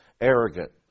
arrogant